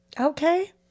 Okay